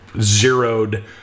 zeroed